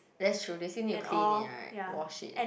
they should they still need to clean it right wash it